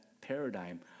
paradigm